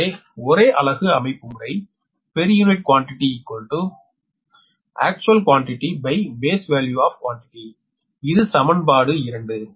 எனவே ஒரே அலகு அமைப்புமுறை per unit quantity actual quantitybase value of quantity இது சமன்பாடு 2